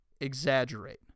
Exaggerate